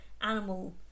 animal